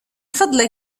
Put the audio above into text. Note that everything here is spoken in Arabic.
فضلك